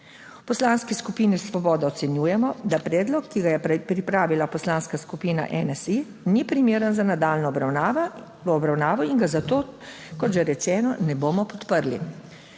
V Poslanski skupini Svoboda ocenjujemo, da predlog, ki ga je pripravila Poslanska skupina NSi, ni primeren za nadaljnjo obravnavo in ga zato, kot že rečeno, ne bomo podprli.